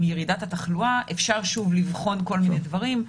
ירידת התחלואה אפשר שוב לבחון כל מיני דברים,